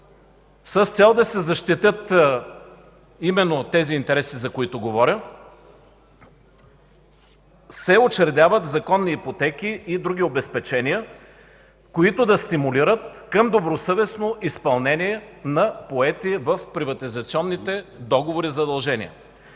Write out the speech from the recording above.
с цел да се защитят именно тези интереси, за които говоря, се учредяват законни ипотеки и други обезпечения, които да стимулират към добросъвестно изпълнение на поети в приватизационните договори задължения.